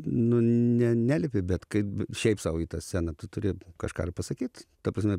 nu ne nelipi bet kaip šiaip sau į tą sceną tu turi kažką ir pasakyt ta prasme